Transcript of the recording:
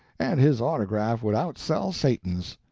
and his autograph would outsell satan's.